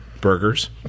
burgers